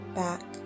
back